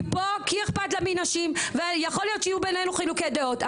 היא פה כי אכפת לה מנשים ויכול להיות שיהיו ביננו חילוקי דעות,